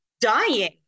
dying